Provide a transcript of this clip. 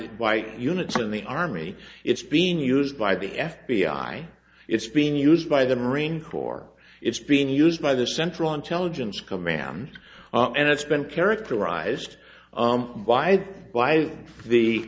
the white units in the army it's being used by the f b i it's being used by the marine corps it's being used by the central intelligence command and it's been characterized by by the